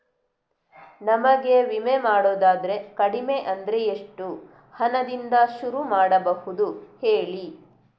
ನಮಗೆ ವಿಮೆ ಮಾಡೋದಾದ್ರೆ ಕಡಿಮೆ ಅಂದ್ರೆ ಎಷ್ಟು ಹಣದಿಂದ ಶುರು ಮಾಡಬಹುದು ಹೇಳಿ